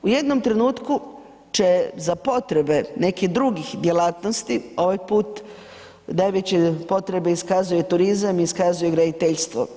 U jednom trenutku će za potrebe nekih drugih djelatnosti ovaj put najveće potrebe iskazuje turizam, iskazuje graditeljstvo.